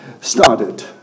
started